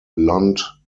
lund